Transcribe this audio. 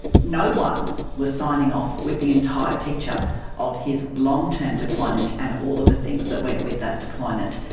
no one was signing off with the entire picture of his long-term deployment and all of the things that went with that deployment.